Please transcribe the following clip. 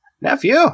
Nephew